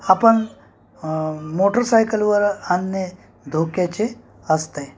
आपण मोटरसायकलवर आणणे धोक्याचे असते